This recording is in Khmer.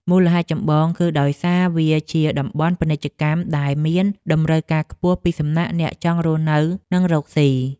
មូលហេតុចម្បងគឺដោយសារវាជាតំបន់ពាណិជ្ជកម្មដែលមានតម្រូវការខ្ពស់ពីសំណាក់អ្នកចង់រស់នៅនិងរកស៊ី។